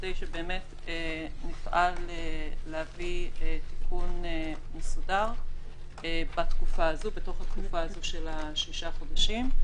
כדי שנפעל להביא תיקון מסודר בתקופה הזאת של השישה חודשים,